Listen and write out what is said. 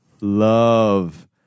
love